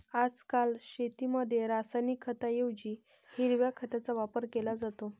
आजकाल शेतीमध्ये रासायनिक खतांऐवजी हिरव्या खताचा वापर केला जात आहे